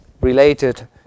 related